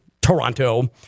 Toronto